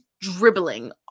dribbling